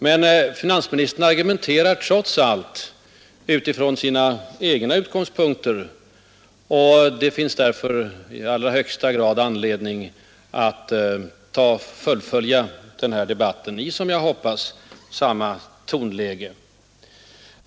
Men finansministern argumenterar trots allt från sina egna utgångspunkter, och det finns därför i allra högsta grad anledning att fullfölja denna debatt — jag hoppas det blir i samma tonläge.